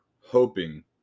hoping